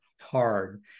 hard